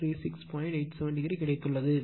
87 o கிடைத்துள்ளது